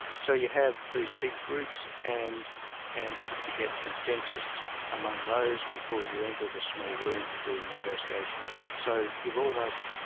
so you have these big groups, and and you have to get consensus among those before you enter the small room to do the negotiation. so you've almost,